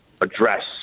address